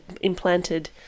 implanted